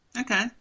Okay